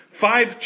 Five